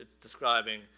describing